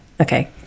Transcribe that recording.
Okay